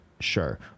sure